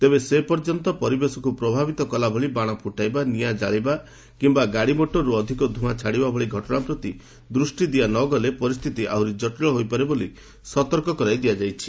ତେବେ ସେ ପର୍ଯ୍ୟନ୍ତ ପରିବେଶକୁ ପ୍ରଭାବିତ କଲାଭଳି ବାଣ ଫୁଟାଇବା ନିଆଁ ଜାଳିବା କିମ୍ବା ଗାଡ଼ି ମୋଟରରୁ ଅଧିକ ଧୂଆଁ ଛାଡ଼ିବା ଭଳି ଘଟଣା ପ୍ରତି ଦୃଷ୍ଟି ଦିଆନଗଲେ ପରିସ୍ଥିତି ଆହୁରି ଜଟିଳ ହୋଇପାରେ ବୋଲି ସତର୍କ କରାଇ ଦିଆଯାଇଛି